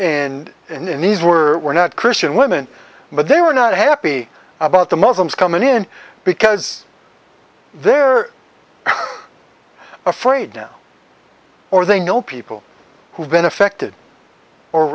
france and and these were not christian women but they were not happy about the muslims coming in because they're afraid now or they know people who've been affected or